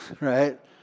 right